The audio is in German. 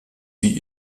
sie